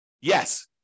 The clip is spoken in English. Yes